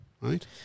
Right